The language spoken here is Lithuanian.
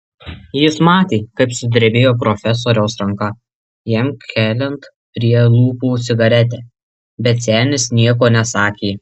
jis matė kaip sudrebėjo profesoriaus ranka jam keliant prie lūpų cigaretę bet senis nieko nesakė